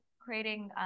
creating